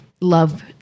love